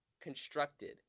constructed